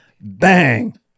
Bang